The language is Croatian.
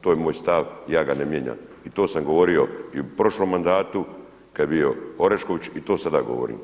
To je moj stav i ja ga ne mijenjam i to sam govorio i u prošlom mandatu kada je bio Orešković i to sada govorim,